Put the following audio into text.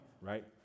right